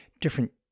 different